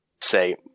say